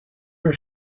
her